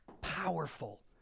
powerful